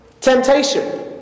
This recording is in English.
temptation